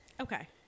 Okay